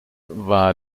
war